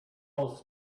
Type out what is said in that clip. else